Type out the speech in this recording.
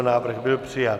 Návrh byl přijat.